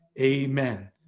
Amen